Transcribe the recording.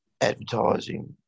advertising